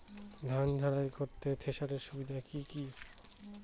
ধান ঝারাই করতে থেসারের সুবিধা কি কি?